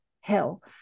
hell